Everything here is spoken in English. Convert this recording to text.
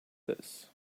this